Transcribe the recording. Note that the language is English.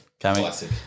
Classic